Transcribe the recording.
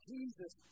Jesus